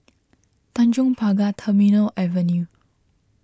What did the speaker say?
Tanjong Pagar Terminal Avenue